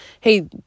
hey